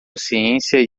ciência